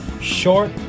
Short